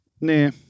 nah